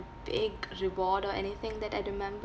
big reward or anything that I remember